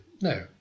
No